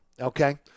okay